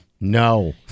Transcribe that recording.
No